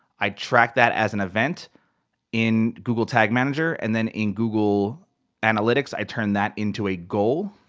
i track that as an event in google tag manager. and then in google analytics i turn that into a goal.